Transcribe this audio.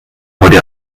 heute